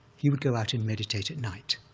he would go out and meditate at night,